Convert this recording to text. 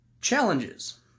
Challenges